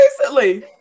recently